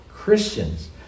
Christians